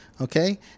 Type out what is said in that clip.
Okay